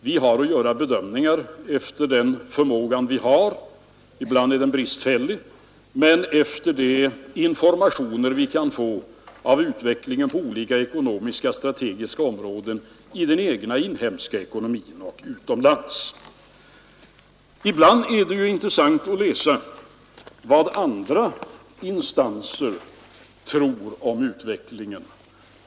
Vi har att göra bedömningar efter den förmåga vi har — ibland är den bristfällig — och efter de informationer som vi kan få av utvecklingen på olika ekonomiska strategiska områden i den inhemska ekonomin och utomlands. Ibland är det intressant att läsa vad andra instanser tror om utvecklingen.